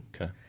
Okay